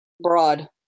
broad